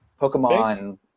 Pokemon